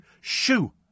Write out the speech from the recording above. Shoo